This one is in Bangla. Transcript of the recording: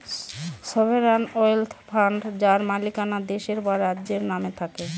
সভেরান ওয়েলথ ফান্ড যার মালিকানা দেশের বা রাজ্যের নামে থাকে